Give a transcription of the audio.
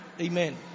Amen